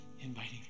inviting